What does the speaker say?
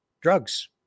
drugs